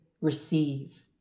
receive